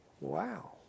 Wow